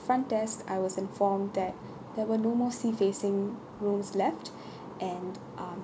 front desk I was informed that there were no more sea facing rooms left and um